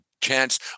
chance